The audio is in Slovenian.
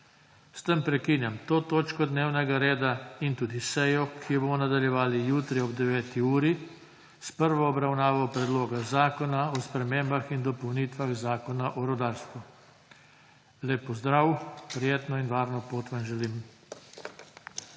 S tem prekinjam to točko dnevnega reda in tudi sejo, ki jo bomo nadaljevali jutri ob 9. uri s prvo obravnavo predloga zakona o spremembah in dopolnitvah zakona o rudarstvu. Lep pozdrav, prijetno in varno pot vam želim.